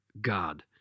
God